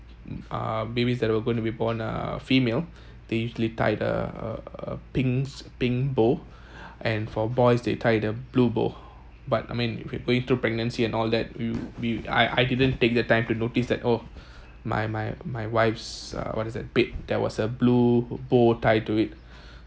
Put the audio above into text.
uh babies that were going to be born uh female they usually tied the a a pink’s pink bow and for boys they tie the blue bow but I mean if you're going through pregnancy and all that we we I I didn't take the time to notice that oh my my my wife's uh what is that bed there was a blue bow tie to it